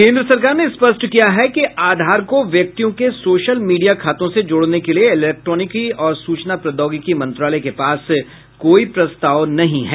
केन्द्र सरकार ने स्पष्ट किया है कि आधार को व्यक्तियों के सोशल मीडिया खातों से जोड़ने के लिए इलेक्ट्रॉनिकी और सूचना प्रौद्योगिकी मंत्रालय के पास कोई प्रस्ताव नहीं है